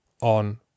on